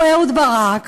לו אהוד ברק